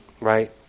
Right